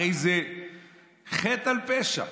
הרי זה חטא על פשע.